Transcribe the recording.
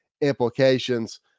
implications